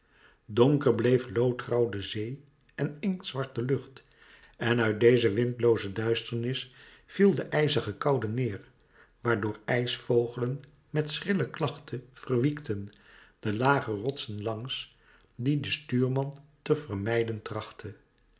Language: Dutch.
donker bleef loodgrauw de zee en inktzwart de lucht en uit deze windlooze duisternis viel de ijzige koude neêr waardoor ijsvogelen met schrille klachte verwiekten de lage rotsen langs die de stuurman te vermijden trachtte